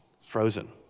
frozen